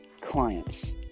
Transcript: clients